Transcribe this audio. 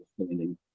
understanding